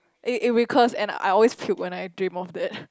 it it recurs and I always puke when I dream of that